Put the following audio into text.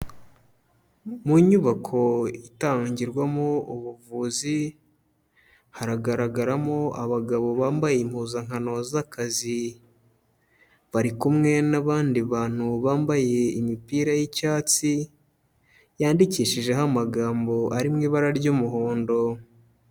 Mu nyubako itangirwamo ubuvuzi, haragaragaramo abagabo bambaye impuzankano z'akazi, bari kumwe n'abandi bantu bambaye imipira y'icyatsi yandikishijeho amagambo ari mu ibara ry'umuhondo.